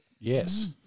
Yes